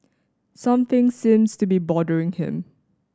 something seems to be bothering him